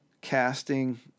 casting